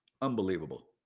Unbelievable